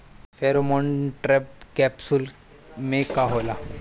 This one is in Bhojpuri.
फेरोमोन ट्रैप कैप्सुल में का होला?